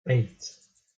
eight